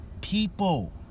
people